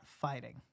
fighting